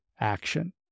action